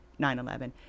9-11